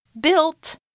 built